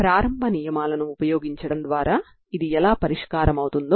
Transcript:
కాబట్టి uxtn0unxt కావలసిన పరిష్కారం అవుతుంది